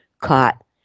caught